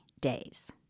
days